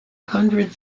hundred